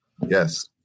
Yes